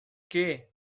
que